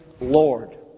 Lord